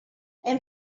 hem